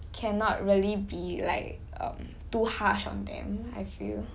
cannot really be like um too harsh on them I feel